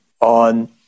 on